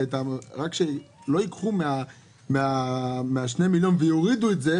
רק שלא ייקחו משני מיליון ויורידו את זה,